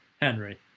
Henry